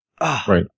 right